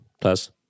Plus